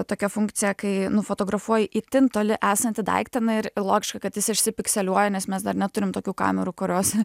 tokia funkcija kai nufotografuoji itin toli esantį daiktą na ir logiška kad jis išsipikseliuoja nes mes dar neturim tokių kamerų kurios